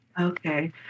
Okay